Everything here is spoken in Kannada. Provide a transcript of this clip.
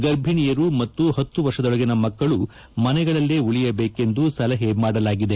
ಗರ್ಭೀಣಿಯರು ಮತ್ತು ಹತ್ತು ವರ್ಷದೊಳಗಿನ ಮಕ್ಕಳು ಮನೆಗಳಲ್ಲಿ ಉಳಿಯಬೇಕೆಂದು ಸಲಹೆ ಮಾಡಲಾಗಿದೆ